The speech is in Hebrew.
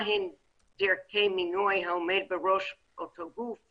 מהן דרכי מינוי העומד בראש אותו גוף,